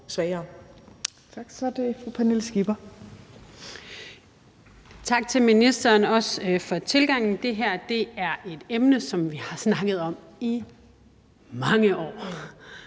Skipper. Kl. 18:15 Pernille Skipper (EL): Tak til ministeren, også for tilgangen. Det her er et emne, som vi har snakket om i mange år.